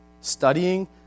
studying